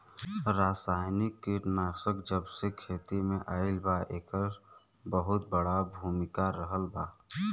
रासायनिक कीटनाशक जबसे खेती में आईल बा येकर बहुत बड़ा भूमिका रहलबा